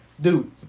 dude